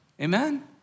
Amen